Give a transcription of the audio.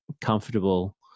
comfortable